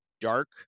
dark